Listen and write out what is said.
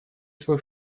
свой